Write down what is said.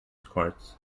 courts